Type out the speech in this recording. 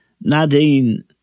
Nadine